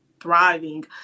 thriving